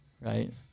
right